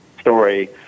story